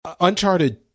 Uncharted